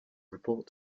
report